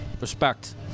respect